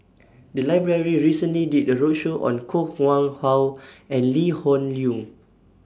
The Library recently did A roadshow on Koh Nguang How and Lee Hoon Leong